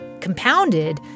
compounded